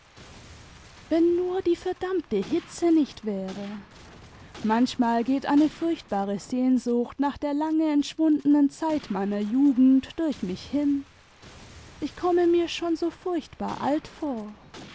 wenn nur die verdammte hitze nicht wäre manchmal geht eine furchtbare sehnsucht nach der lange entschwundenen zeit meiner jugend durch nüch hin ich komme mir schon so furchtbar alt vor